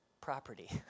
property